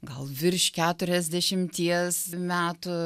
gal virš keturiasdešimties metų